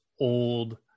old